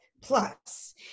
plus